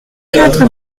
quatre